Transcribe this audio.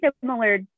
similar